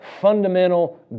fundamental